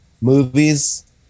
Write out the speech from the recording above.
movies